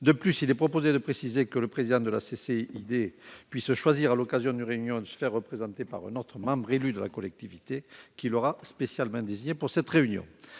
De plus, il est proposé de préciser que le président de la CCID puisse choisir, à l'occasion d'une réunion, de se faire représenter par un autre membre élu de la collectivité, qu'il aura spécialement désigné pour cette réunion.